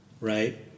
right